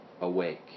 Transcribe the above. awake